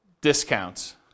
discounts